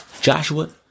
Joshua